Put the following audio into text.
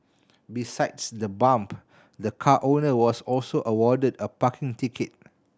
besides the bump the car owner was also awarded a parking ticket